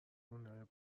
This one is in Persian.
خونه